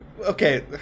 Okay